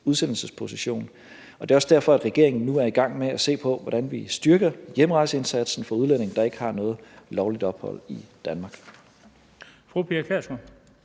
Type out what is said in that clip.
og det er også derfor, regeringen nu er i gang med at se på, hvordan vi kan styrke hjemrejseindsatsen for udlændinge, der ikke har noget lovligt ophold i Danmark.